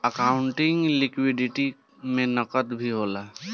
accounting liquidity में नकद भी होला